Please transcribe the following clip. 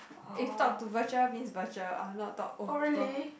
if talk to virtual means virtual I will not talk over